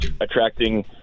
attracting